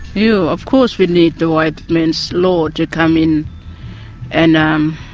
yeah of course we need the white man's law to come in and um